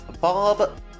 Bob